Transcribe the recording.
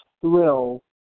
thrill